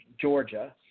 Georgia